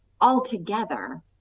altogether